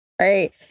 right